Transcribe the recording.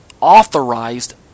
authorized